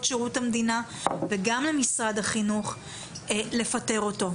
שירות המדינה וגם למשרד החינוך לפטר אותו.